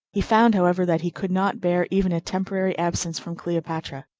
he found, however, that he could not bear even a temporary absence from cleopatra.